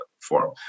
form